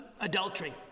adultery